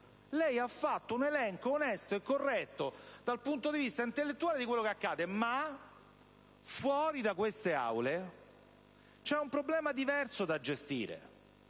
lei ha fatto un elenco onesto e corretto dal punto di vista intellettuale di quello che accade, ma fuori da queste Aule c'è un problema diverso da gestire: